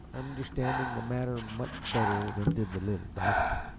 understanding the matter much better than did the little doctor.